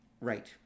Right